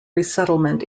resettlement